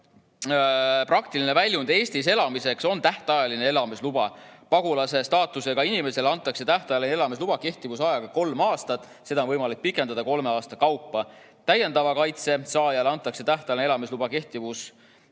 praktiline väljund Eestis elamiseks on tähtajaline elamisluba. Pagulase staatusega inimesele antakse tähtajaline elamisluba kehtivusajaga kolm aastat. Seda on võimalik pikendada kolme aasta kaupa. Täiendava kaitse saajale antakse tähtajaline elamisluba kehtivusajaga